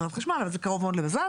חברת חשמל אבל זה קרוב מאוד לבזן,